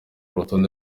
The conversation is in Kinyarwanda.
rutonde